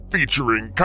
Featuring